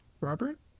Robert